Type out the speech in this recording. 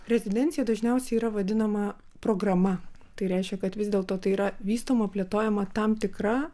rezidencija dažniausiai yra vadinama programa tai reiškia kad vis dėlto tai yra vystoma plėtojama tam tikra